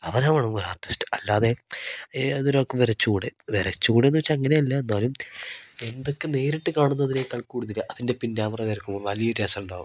അവരാവണം ഒരു ആർട്ടിസ്റ്റ് അല്ലാതെ ഏതൊരാൾക്കും വരച്ചുകൂടെ വരച്ചുകൂടെ എന്ന് വെച്ചാൽ അങ്ങനെയല്ല എന്നാലും എന്തൊക്കെ നേരിട്ട് കാണുന്നതിനേക്കൾ കൂടുതൽ അതിൻ്റെ പിന്നാമ്പുറം വരയ്ക്കുമ്പോൾ വലിയ വ്യത്യാസം ഉണ്ടാവും